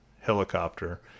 helicopter